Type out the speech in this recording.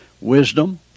wisdom